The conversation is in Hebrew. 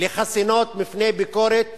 לחסינות בפני ביקורת